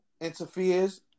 interferes